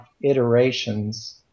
iterations